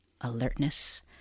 alertness